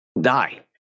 die